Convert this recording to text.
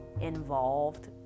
involved